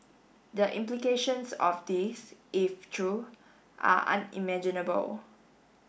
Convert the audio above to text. the implications of this if true are unimaginable